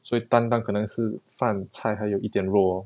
所以单单可能是饭菜还有一点肉 lor